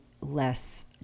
less